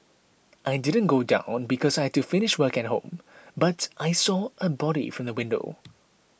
I didn't go down because I had to finish work at home but I saw a body from the window